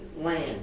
land